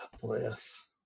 bless